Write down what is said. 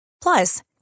Plus